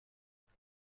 کشور